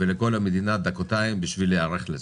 ולכל המדינה דקותיים בשביל להיערך לזה.